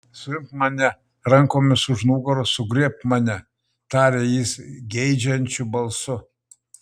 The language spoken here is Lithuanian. suimk mane rankomis už nugaros sugriebk mane tarė jis geidžiančiu balsu